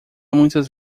muitas